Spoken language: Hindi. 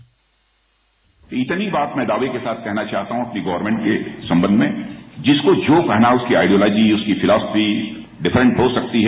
बाइट इतनी बात मैं दावे के साथ कहना चाहता हूं कि गर्वमेंट के संबंध में जिसको जो कहना है उसकी आइडियोलॉजी उसकी फिलोस्फी डिफरेंस हो सकती है